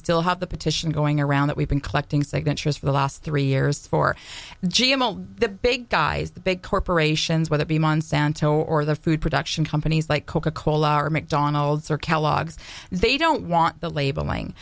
still have the petition going around that we've been collecting signatures for the last three years for g m o the big guys the big corporations whether the monsanto or the food production companies like coca cola or mcdonald's or cal august they don't want the labeling